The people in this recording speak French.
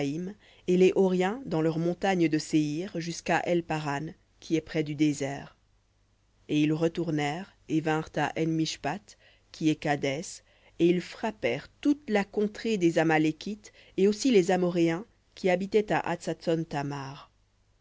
et les horiens dans leur montagne de séhir jusqu'à el paran qui est près du désert et ils retournèrent et vinrent à en mishpath qui est kadès et ils frappèrent toute la contrée des amalékites et aussi les amoréens qui habitaient à